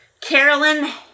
Carolyn